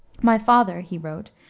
my father, he wrote,